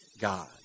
God